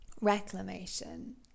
reclamation